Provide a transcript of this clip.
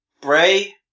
Bray